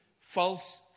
false